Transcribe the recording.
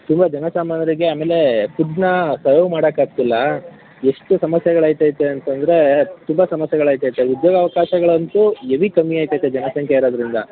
ತುಂಬಾ ಜನ ಸಾಮಾನ್ಯರಿಗೆ ಆಮೇಲೆ ಫುಡ್ಡುನಾ ಸರ್ವ್ ಮಾಡಕೆ ಆಗ್ತಿಲ್ಲ ಎಷ್ಟು ಸಮಸ್ಯೆಗಳು ಆಯ್ತ ಐತೆ ಅಂತ ಅಂದರೆ ತುಂಬಾ ಸಮಸ್ಯೆಗಳು ಆಯ್ತ ಐತೆ ಉದ್ಯೋಗ ಅವಕಾಶಗಳಂತೂ ಹೆವಿ ಕಮ್ಮಿ ಆಗ್ತ ಐತೆ ಜನಸಂಖ್ಯೆ ಏರೋದರಿಂದ